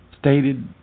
stated